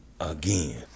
Again